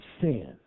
sin